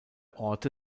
orte